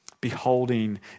Beholding